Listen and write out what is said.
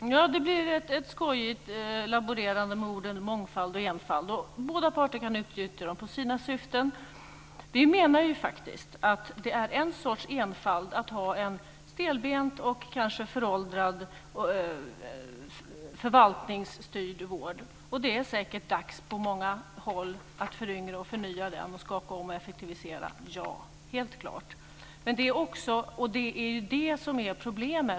Fru talman! Det blir här ett skojigt laborerande med orden "enfald" och "mångfald". Båda parter kan utnyttja dem för sina syften. Vi menar faktiskt att det är en sorts enfald att ha en stelbent och kanske föråldrad förvaltningsstyrd vård. Det är helt säkert på många håll dags att föryngra, förnya, skaka om och effektivisera den. Det är detta som är problemet.